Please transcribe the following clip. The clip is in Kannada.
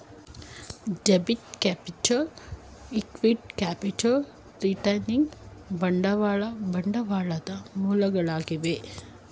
debit capital, equity capital, retaining ಬಂಡವಾಳ ಬಂಡವಾಳದ ಮೂಲಗಳಾಗಿವೆ